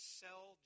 sell